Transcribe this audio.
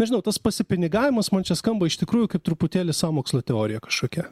nežinau tas pasipinigavimas man čia skamba iš tikrųjų kaip truputėlį sąmokslo teorija kažkokia